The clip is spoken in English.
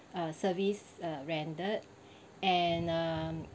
uh service uh rendered and um